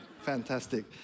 fantastic